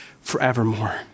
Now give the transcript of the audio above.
forevermore